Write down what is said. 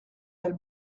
elle